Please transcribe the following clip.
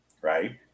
right